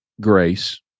grace